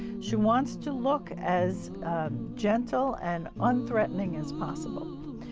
she wants to look as gentle and unthreatening as possible.